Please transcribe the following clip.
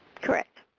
correct.